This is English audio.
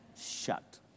shut